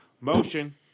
Motion